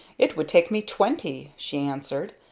it would take me twenty! she answered.